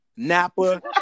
Napa